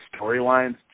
storylines